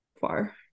far